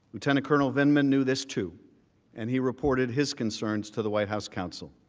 lieutenant colonel vindman new this to and he reported his concerns to the white house counsel.